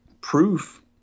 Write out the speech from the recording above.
proof